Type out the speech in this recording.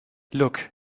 look